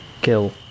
kill